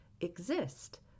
exist